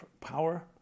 power